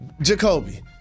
Jacoby